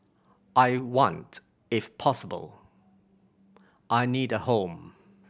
I want if possible I need a home